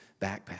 backpack